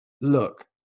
look